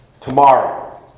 tomorrow